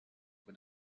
with